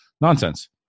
Nonsense